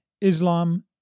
Islam